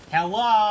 Hello